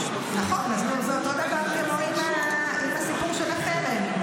--- נכון, זה אותו דבר כמו עם הסיפור של החרם.